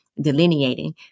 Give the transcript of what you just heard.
delineating